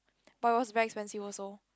but it was very expensive also